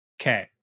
Okay